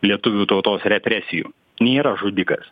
lietuvių tautos represijų nėra žudikas